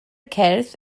cyrff